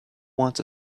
want